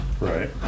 Right